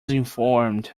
informed